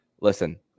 listen